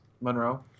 Monroe